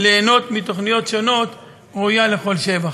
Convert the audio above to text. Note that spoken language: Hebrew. ליהנות מתוכניות שונות ראויים לכל שבח.